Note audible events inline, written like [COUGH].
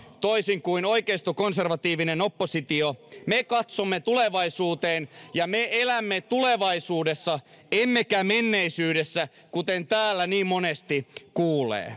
toisin kuin oikeistokonservatiivinen oppositio katsomme tulevaisuuteen ja me elämme tulevaisuudessa emmekä menneisyydessä kuten täällä niin monesti kuulee [UNINTELLIGIBLE]